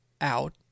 out